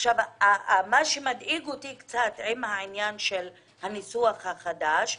עכשיו, מה שמדאיג אותי מעט בניסוח החדש,